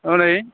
हनै